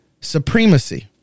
supremacy